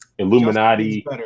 Illuminati